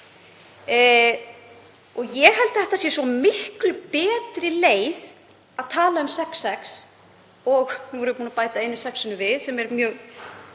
Ég held að það sé svo miklu betri leið að tala um sex, sex, og nú erum við búin að bæta einu sex-inu við, sem er mjög